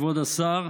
כבוד השר,